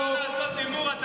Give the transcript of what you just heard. אפשר לעשות הימור?